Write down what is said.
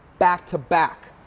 back-to-back